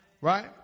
Right